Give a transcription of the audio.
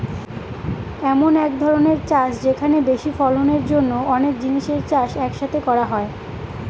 এমন এক ধরনের চাষ যেখানে বেশি ফলনের জন্য অনেক জিনিসের চাষ এক সাথে করা হয়